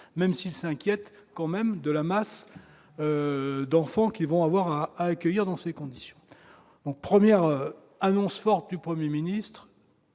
même s'il s'inquiète quand même de la masse d'enfants qui vont avoir à accueillir, dans ces conditions, aux premières annonces fortes du 1er ministre